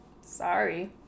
Sorry